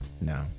No